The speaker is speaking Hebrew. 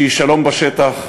שהיא "שלום בשטח",